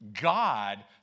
God